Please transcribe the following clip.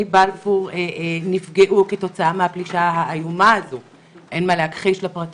בלפור נפגעו כתוצאה מהפלישה האיומה הזו לפרטיות.